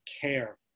care